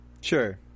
Sure